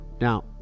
Now